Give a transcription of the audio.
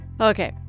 Okay